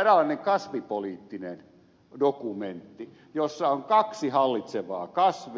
eräänlainen kasvipoliittinen dokumentti jossa on kaksi hallitsevaa kasvia